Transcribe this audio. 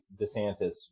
DeSantis